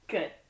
Good